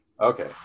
Okay